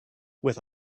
with